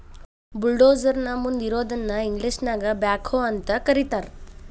bulldozer ನ ಮುಂದ್ ಇರೋದನ್ನ ಇಂಗ್ಲೇಷನ್ಯಾಗ ಬ್ಯಾಕ್ಹೊ ಅಂತ ಕರಿತಾರ್